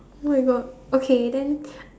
oh-my-God okay then